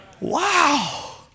Wow